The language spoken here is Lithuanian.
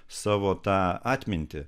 savo tą atmintį